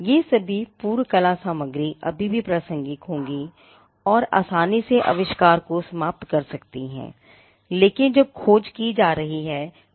ये सभी पूर्व कला सामग्री अभी भी प्रासंगिक होंगीं और आसानी से आविष्कार को समाप्त सकती हैं लेकिन जब खोज की जा रही है तो उपलब्ध नहीं होगी